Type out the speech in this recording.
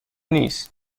نیست